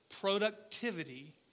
Productivity